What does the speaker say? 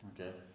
Okay